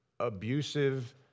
abusive